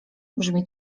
brzmi